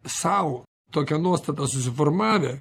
sau tokią nuostatą susiformavę